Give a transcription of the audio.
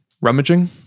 rummaging